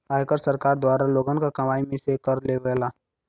आयकर सरकार द्वारा लोगन क कमाई में से कर लेवला